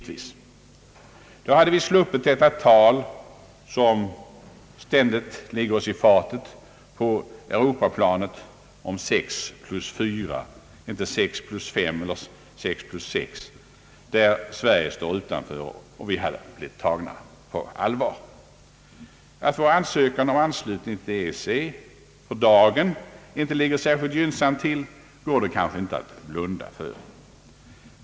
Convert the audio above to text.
Då hade vi sluppit detta tal, som ständigt ligger oss i fatet på Europaplanet, om sex plus fyra — där Sverige står utanför — i Att vår ansökan om anslutning till EEC för dagen inte ligger särskilt gynnsamt till går det inte att blunda för.